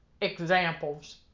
Examples